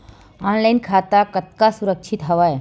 Online खाता कतका सुरक्षित हवय?